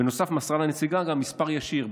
וגם מסרה לנציגה מספר ישיר.